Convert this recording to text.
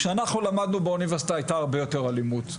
כשאנחנו למדנו באוניברסיטה היתה הרבה יותר אלימות.